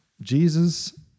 Jesus